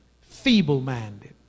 feeble-minded